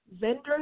Vendors